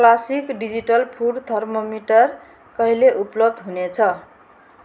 classic digital food thermometer कहिले उपलब्ध हुनेछ